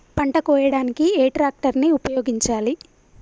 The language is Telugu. పంట కోయడానికి ఏ ట్రాక్టర్ ని ఉపయోగించాలి?